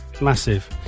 Massive